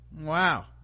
wow